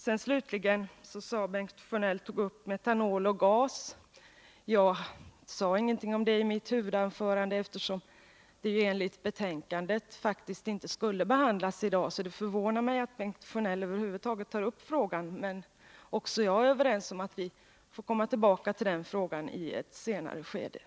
Bengt Sjönell tog även upp frågan om metanol och gas. Jag sade ingenting om detta i mitt huvudanförande, eftersom den frågan enligt utskottsbetän kandet inte skulle behandlas i dag. Det förvånar mig alltså att Bengt Sjönell Nr 96 över huvud taget tog upp den saken, men jag är överens med utskottet om att Torsdagen den